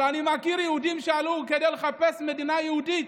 אבל אני מכיר יהודים שעלו כדי לחפש מדינה יהודית,